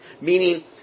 meaning